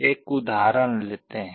एक उदाहरण लेते हैं